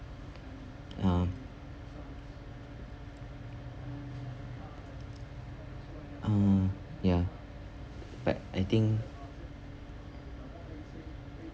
uh uh ya but I think